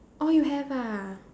oh you have ah